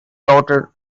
daughter